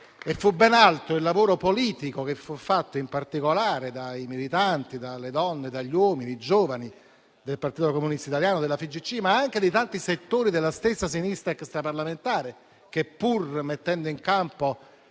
fu ben altro il lavoro politico che fu fatto in particolare dai militanti, dalle donne, dagli uomini, dai giovani del Partito Comunista Italiano, della FIGC, ma anche di tanti settori della stessa sinistra extraparlamentare che, pur mettendo in campo